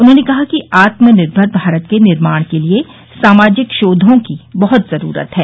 उन्होंने कहा कि आत्मनिर्मर भारत के निर्माण के लिये सामाजिक शोधों की बहुत जरूरत है